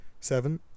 Seven